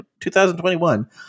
2021